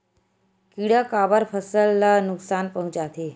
किड़ा काबर फसल ल नुकसान पहुचाथे?